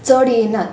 चड येयनात